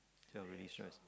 help relieve stress